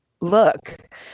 look